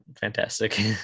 fantastic